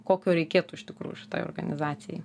kokio reikėtų iš tikrųjų šitai organizacijai